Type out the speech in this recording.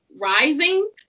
Rising